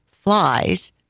flies